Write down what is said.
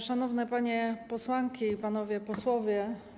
Szanowne Panie Posłanki i Panowie Posłowie!